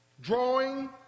drawing